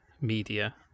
media